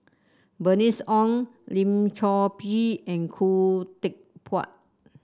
Bernice Ong Lim Chor Pee and Khoo Teck Puat